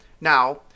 Now